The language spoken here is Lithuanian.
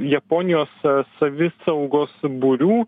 japonijos savisaugos būrių